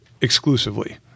exclusively